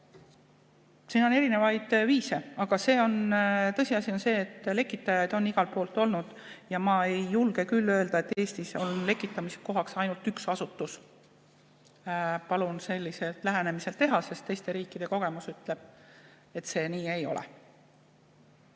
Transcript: Siin on erinevaid viise. Aga tõsiasi on see, et lekitajaid on igal pool olnud ja ma ei julge küll öelda, et Eestis on lekitamiskohaks ainult üks asutus. Palun sellist lähenemist [mitte kasutada], sest teiste riikide kogemus ütleb, et see nii ei ole.